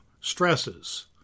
stresses